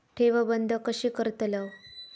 ठेव बंद कशी करतलव?